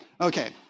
Okay